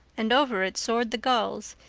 and over it soared the gulls,